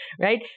right